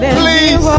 please